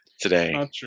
today